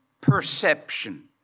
perception